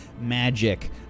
magic